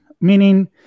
Meaning